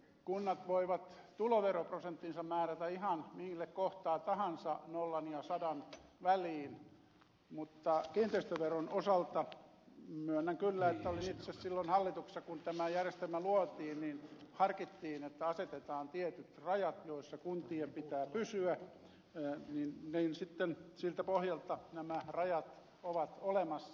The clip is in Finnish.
kunnat voivat tuloveroprosenttinsa määrätä ihan mille kohtaa tahansa nollan ja sadan väliin mutta kiinteistöveron osalta myönnän kyllä että olin itse silloin hallituksessa kun tämä järjestelmä luotiin harkittiin että asetetaan tietyt rajat joissa kuntien pitää pysyä ja sitten siltä pohjalta nämä rajat ovat olemassa